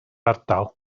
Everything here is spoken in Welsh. ardal